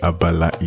Abala